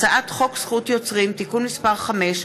הצעת חוק זכות יוצרים (תיקון מס' 5),